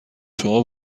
شما